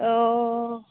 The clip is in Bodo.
अ